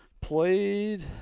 Played